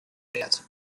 wert